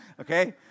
Okay